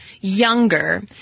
younger